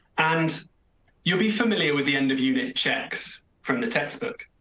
and you'll be familiar with the end of unit checks from the textbook.